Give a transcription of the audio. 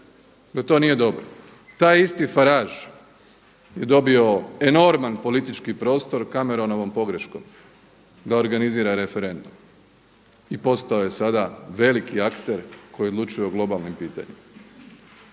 da to nije dobro. Taj isti Farage je dobio enorman politički prostor Cameronovom pogreškom da organizira referendum i postao je sada veliki akter koji odlučuje o globalnim pitanjima.